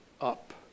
up